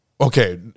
Okay